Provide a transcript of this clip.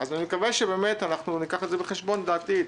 אני מקווה שניקח את זה בחשבון בעתיד.